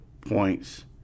points